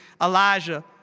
Elijah